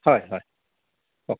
হয় হয় কওক